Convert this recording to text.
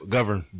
Govern